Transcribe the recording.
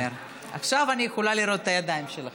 עכשיו אני יכולה לראות את הידיים שלכם.